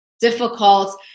difficult